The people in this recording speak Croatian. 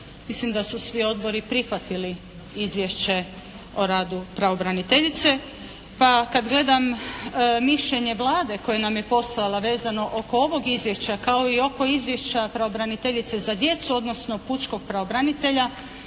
mislim da su svi odbori prihvatili izvješće o radu pravobraniteljice. Pa kad gledam mišljenje Vlade koje nam je poslala vezano oko ovog izvješća kao i oko Izvješća pravobraniteljice za djecu odnosno pučkog pravobranitelja